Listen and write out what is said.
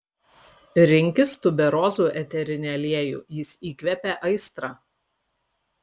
rinkis tuberozų eterinį aliejų jis įkvepia aistrą